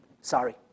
Sorry